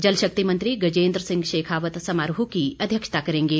जल शक्ति मंत्री गजेंद्र सिंह शेखावत समारोह की अध्यक्षता करेंगे